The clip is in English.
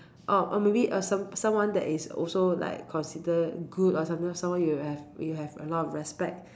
orh oh maybe some someone that is also like considered good or someone you have you have a lot of respect